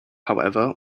however